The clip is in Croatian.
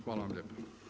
Hvala vam lijepa.